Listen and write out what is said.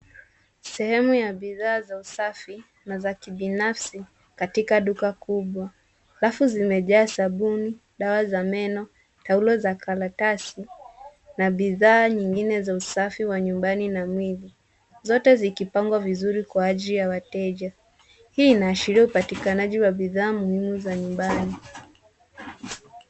Sehemu ya bidhaa za usafi na za kibinafsi katika duka kubwa. Rafu zimejaa sabuni, dawa za meno, taulo za karatasi na bidhaa nyingine za usafi wa nyumbani na mwili, zote zikipangwa vizuri kwa ajili ya wateja. Hii inaashiria upatikanaji wa bidhaa muhimu za nyumbani.